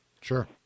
Sure